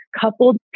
coupled